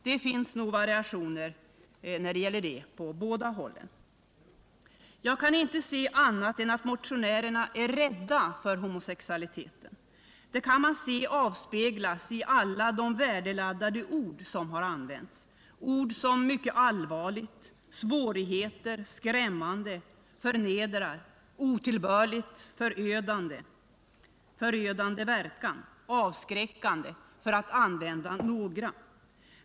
Det finns nog variationer när det gäller detta på båda hållen. Jag kan inte se annat än att motionärerna är rädda för homosexualiteten. Det avspeglas i alla de värdeladdade ord som har använts, ord som: mycket allvarligt, svårigheter, skrämmande, förnedra, otillbörligt, förödande verkan, avskräckande, för att nämna några av dem.